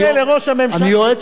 המשנה לראש הממשלה,